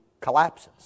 collapses